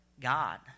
God